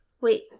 Wait